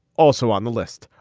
also on the list,